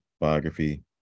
biography